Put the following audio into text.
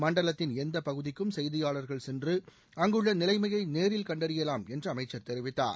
மண்டலத்தின் எந்தப்பகுதிக்கும் செய்தியாளர்கள் சென்று அங்குள்ள நிலைமையை நேரில் கண்டறியலாம் என்று அமைச்சர் தெரிவித்தார்